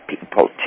people